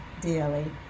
daily